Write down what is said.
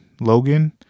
Logan